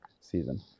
season